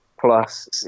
plus